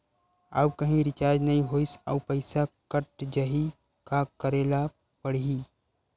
आऊ कहीं रिचार्ज नई होइस आऊ पईसा कत जहीं का करेला पढाही?